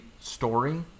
story